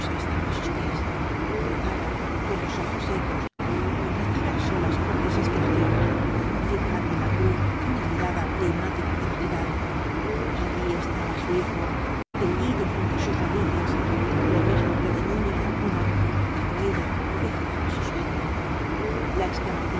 estaba á sus pies rezaba con los ojos secos rezaba á solas con desesperación ajando en la cruz una mirada de hipnótica tenacidad allí estaba su hijo tendido junto á sus rodillas lo mismo que de niño en la cuna cuando ella vigilaba su sueño la exclamación